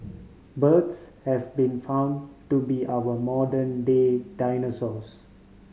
birds have been found to be our modern day dinosaurs